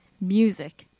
music